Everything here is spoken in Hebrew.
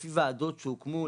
לפי ועדות שהוקמו,